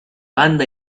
banda